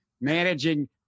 managing